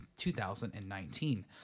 2019